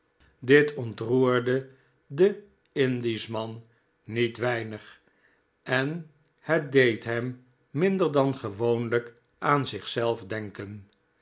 dit ontroerde den indischman niet weinig en het deed hem minder dan gewoonlijk aan zichzelf denken